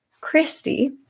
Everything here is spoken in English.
Christy